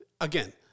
Again